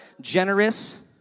generous